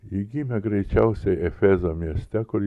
ji gimė greičiausiai efezo mieste kur